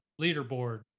leaderboard